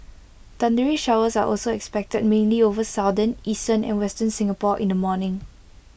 thundery showers are also expected mainly over southern eastern and western Singapore in the morning